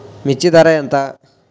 మిర్చి ధర ఎంత?